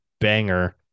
banger